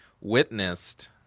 witnessed